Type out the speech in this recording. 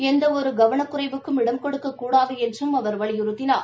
எந்த ஒரு கவனக்குறைவுக்கும் இடம் கொடுக்கக்கூடாது என்றும் அவர் வலியுறுத்தினார்